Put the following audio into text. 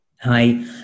Hi